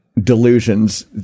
delusions